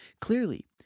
clearly